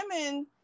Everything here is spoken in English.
women